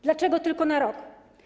Dlaczego tylko na rok?